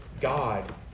God